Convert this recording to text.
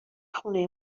خونه